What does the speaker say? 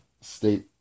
state